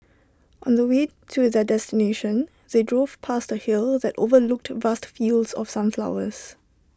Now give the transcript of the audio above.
on the way to their destination they drove past A hill that overlooked vast fields of sunflowers